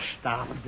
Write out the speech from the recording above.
stop